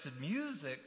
music